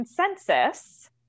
consensus